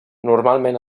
normalment